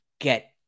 get